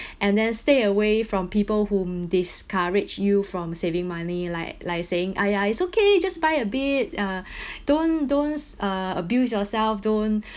and then stay away from people whom discourage you from saving money like like saying !aiya! it's okay you just buy a bit uh don't don't uh abuse yourself don't